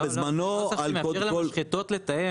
היה בזמנו --- נוסח שמאפשר למשחתות לתאם,